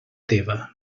teva